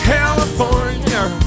California